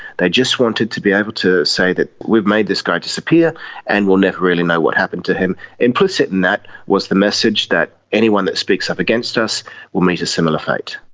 they just wanted to be able to say that we've made this guy disappear and we will never really know what happened to him. implicit in that was the message that anyone that speaks up against us will meet a similar fate.